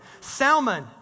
Salmon